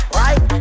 right